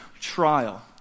trial